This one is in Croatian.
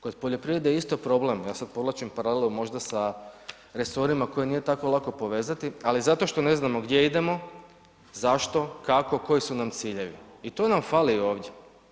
Kod poljoprivrede je isto problem, ja sad povlačim paralelu možda sa resorima koji nije tako lako povezati, ali zato što ne znamo gdje idemo, zašto, kako, koji su nam ciljevi i to nam fali ovdje.